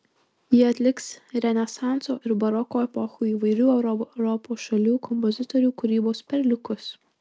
jie atliks renesanso ir baroko epochų įvairių europos šalių kompozitorių kūrybos perliukus